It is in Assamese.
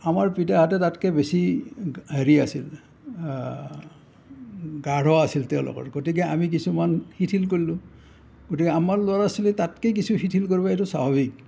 আমাৰ পিতাইহঁতে তাতকৈ বেছি হেৰি আছিল গাঢ় আছিল তেওঁলোকৰ গতিকে আমি কিছুমান শিথিল কৰিলোঁ গতিকে আমাৰ ল'ৰা ছোৱালীয়ে তাতকৈ কিছু শিথিল কৰিব এইটো স্বাভাৱিক